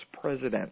president